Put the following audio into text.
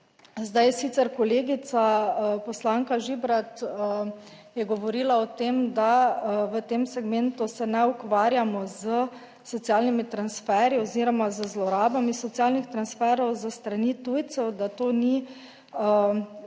zdaj sicer kolegica poslanka Žibrat je govorila o tem, da v tem segmentu se ne ukvarjamo s socialnimi transferji oziroma z zlorabami socialnih transferov s strani tujcev, da to ni predmet